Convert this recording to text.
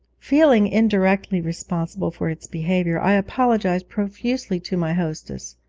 feeling indirectly responsible for its behaviour, i apologised profusely to my hostess,